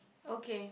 okay